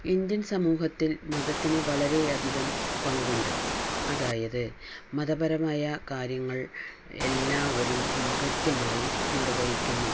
Indian സമൂഹത്തിൽ മതത്തിന് വളരെ അധികം പങ്കുണ്ട് അതായത് മതപരമായ കാര്യങ്ങൾ എല്ലാവരും കൃത്യമായി നിർവഹിക്കുന്നു